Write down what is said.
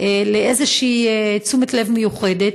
לתשומת לב מיוחדת,